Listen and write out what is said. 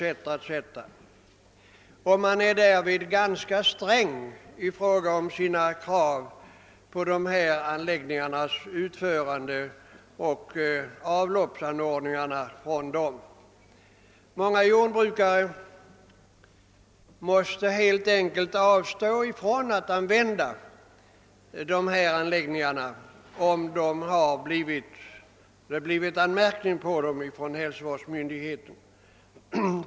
Myndigheterna är därvid ganska stränga i fråga om sina krav på dessa anläggningars utförande och anordningarna för avlopp från dem. Många jordbrukare måste helt enkelt avstå från att använda dessa anläggningar, när det har blivit anmärkningar på dem ifrån hälsovårdsmyndigheterna.